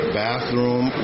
bathroom